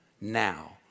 now